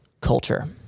culture